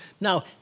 Now